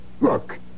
Look